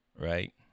right